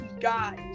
guys